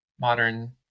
modern